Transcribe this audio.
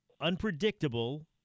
unpredictable